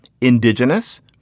indigenous